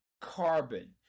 carbon